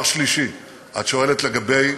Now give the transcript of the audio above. דבר שלישי, את שואלת לגבי,